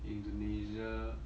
indonesia